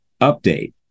update